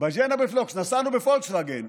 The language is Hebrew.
נסענו בפולקסווגן.